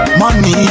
money